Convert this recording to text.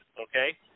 okay